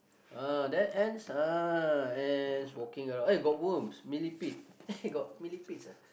ah there ants ah ants walking around eh got worms millipede eh got millipedes ah